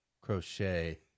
crochet